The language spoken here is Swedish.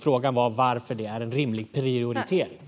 Frågan var varför det är en rimlig prioritering.